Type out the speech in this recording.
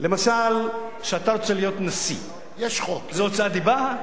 למשל שאתה רוצה להיות נשיא, זה הוצאת דיבה?